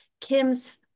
Kim's